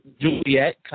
Juliet –